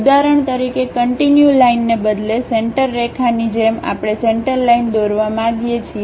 ઉદાહરણ તરીકે કંટીન્યુ લાઇનને બદલે સેન્ટરરેખાની જેમ આપણે સેન્ટરલાઇન દોરવા માંગીએ છીએ